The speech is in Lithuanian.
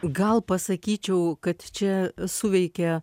gal pasakyčiau kad čia suveikia